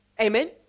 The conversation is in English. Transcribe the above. Amen